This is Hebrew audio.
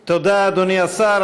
תודה, אדוני השר.